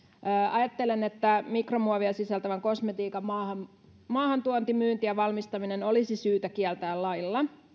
ajattelen että mikromuovia sisältävän kosmetiikan maahantuonti myynti ja valmistaminen olisi syytä kieltää lailla